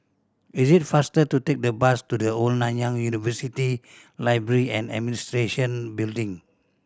is it faster to take the bus to The Old Nanyang University Library and Administration Building